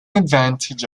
advantage